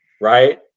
Right